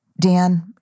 Dan